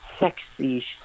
Sexy